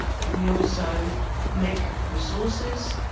and we also make resources,